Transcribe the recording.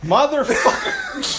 Motherfucker